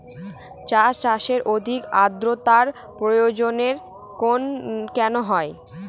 চা চাষে অধিক আদ্রর্তার প্রয়োজন কেন হয়?